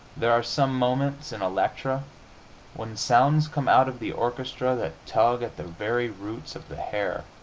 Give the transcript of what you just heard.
there are some moments in elektra when sounds come out of the orchestra that tug at the very roots of the hair,